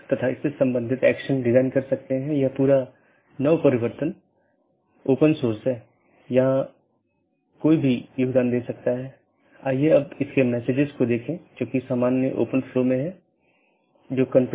दूसरा अच्छी तरह से ज्ञात विवेकाधीन एट्रिब्यूट है यह विशेषता सभी BGP कार्यान्वयन द्वारा मान्यता प्राप्त होनी चाहिए